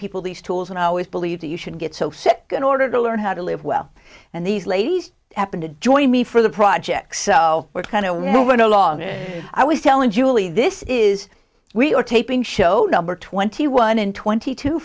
people these tools and i always believe that you should get so sick in order to learn how to live well and these ladies happen to join me for the projects so we're kind of you know we're no longer i was telling julie this is we are taping show number twenty one and twenty two